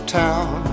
town